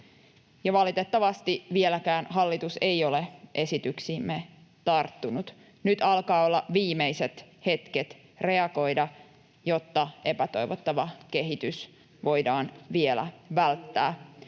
valitettavasti vieläkään hallitus ei ole esityksiimme tarttunut. Nyt alkavat olla viimeiset hetket reagoida, jotta epätoivottava kehitys voidaan vielä välttää.